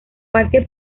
parque